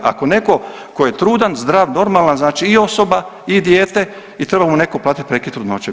Ako netko tko je trudan, zdrav , normalan, znači i osoba i dijete i treba mu netko platiti prekid trudnoće.